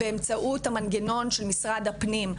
באמצעות המנגנון של משרד הפנים.